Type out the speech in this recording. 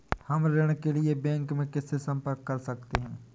हम ऋण के लिए बैंक में किससे संपर्क कर सकते हैं?